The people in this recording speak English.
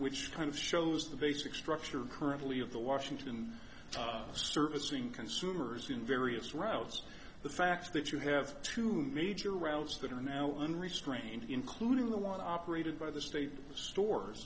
which kind of shows the basic structure currently of the washington servicing consumers in various routes the fact that you have two major routes that are now unrestrained including the one operated by the state stores